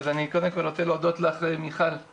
אני קודם כל רוצה להודות לך מיכל על